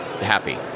happy